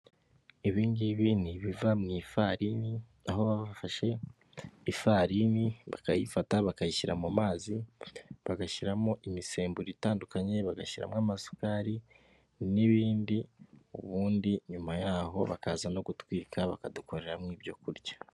Ibingibi nibiva mu ifarini aho bafashe ifarini bakayifata bakayishyira mu mazi, bagashyiramo imisemburo itandukanye bagashyiramo amasukari n'ibindi. Ubundi nyuma yaho bakaza no gutwika bakadukoreramo ibyokurya.